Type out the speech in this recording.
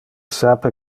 sape